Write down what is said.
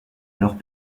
alors